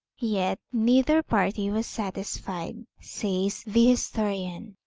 yet neither party was satisfied, says the historian.